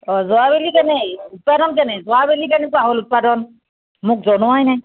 অঁ যোৱা বেলি কেনে উৎপাদন কেনে যোৱাবেলি কেনেকুৱা হ'ল উৎপাদন মোক জনোৱাই নাই